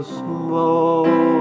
small